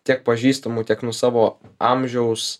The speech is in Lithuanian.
tiek pažįstamų tiek nu savo amžiaus